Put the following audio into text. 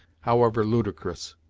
however ludicrous.